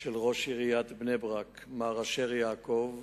של ראש עיריית בני-ברק, מר אשר יעקב,